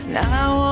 now